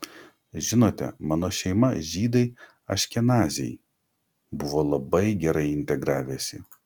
žinote mano šeima žydai aškenaziai buvo labai gerai integravęsi